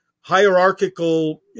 hierarchical